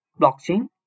blockchain